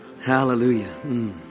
Hallelujah